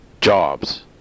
jobs